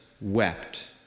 wept